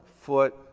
foot